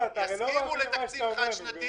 שיסכימו לתקציב חד-שנתי